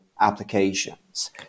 applications